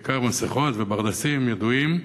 בעיקר מסכות וברדסים ידועים.